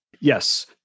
Yes